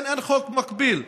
אין חוק מקביל.